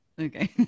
Okay